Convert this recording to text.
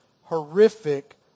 horrific